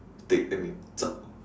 take then we zao